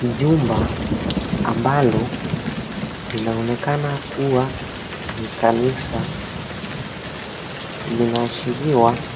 Jumba ambalo linaonekana kuwa ni kanisa, linaashiriwa